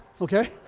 okay